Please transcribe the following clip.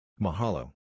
Mahalo